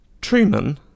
Truman